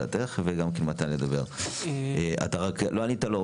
אתה לא ענית לו,